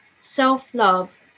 self-love